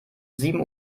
sieben